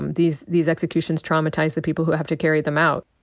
um these these executions traumatize the people who have to carry them out.